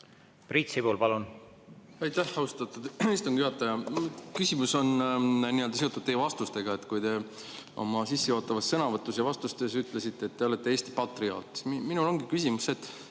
Priit Sibul, palun!